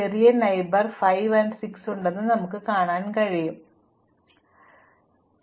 അതിനാൽ 6 ൽ നിന്ന് 6 ലേക്ക് തിരികെ ട്രാക്കുചെയ്യാം നമുക്ക് മുമ്പേ കണ്ട 2 നോഡിലേക്ക് പോകാം അതിനാൽ ഞങ്ങൾ 6 വിടുന്നു